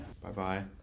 Bye-bye